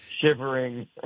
shivering